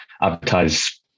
advertise